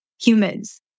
humans